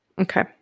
Okay